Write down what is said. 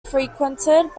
frequented